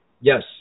Yes